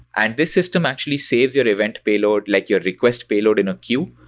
and this system actually saves your event payload, like your request payload in a queue,